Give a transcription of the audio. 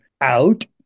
out